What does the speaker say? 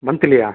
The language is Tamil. மந்த்லியா